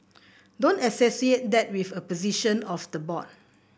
don't associate that with a position of the board